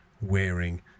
wearing